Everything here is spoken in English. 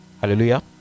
Hallelujah